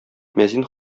мәзин